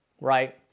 right